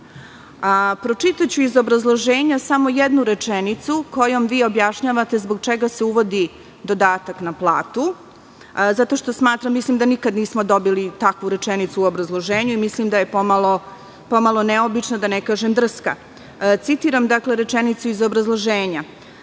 platu. Pročitaću iz obrazloženja samo jednu rečenicu zbog čega se uvodi dodatak na platu, zato što mislim da nikada nismo dobili takvu rečenicu u obrazloženju i mislim da je pomalo neobična, da ne kažem drska. Citiram dakle, rečenicu iz obrazloženja,